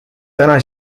täna